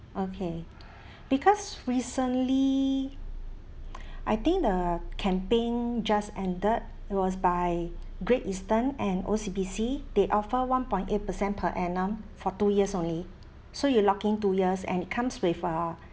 okay because recently I think the campaign just ended it was by great eastern and O_C_B_C they offer one point eight percent per annum for two years only so you lock in two years and it comes with uh